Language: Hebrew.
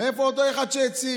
מאיפה אותו אחד שהציל,